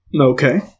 Okay